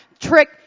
trick